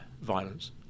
violence